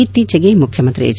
ಇತ್ತೀಚೆಗೆ ಮುಖ್ಯಮಂತ್ರಿ ಎಚ್